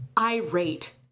irate